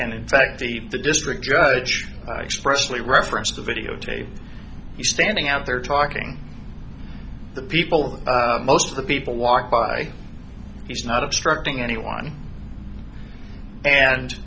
and in fact the the district judge expressly referenced the videotape standing out there talking to people that most of the people walked by he's not obstructing anyone and